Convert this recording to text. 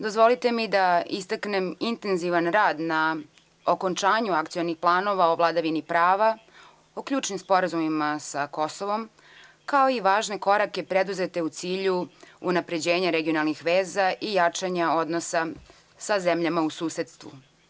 Dozvolite mi da istaknem intenzivan rad na okončanju akcionih planova o vladavini prava, o ključnim sporazumima sa Kosovom, kao i važne korake preduzete u cilju unapređenja regionalnih veza i jačanja odnosa sa zemljama u susedstvu.